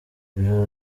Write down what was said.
ijoro